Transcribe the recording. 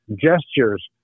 gestures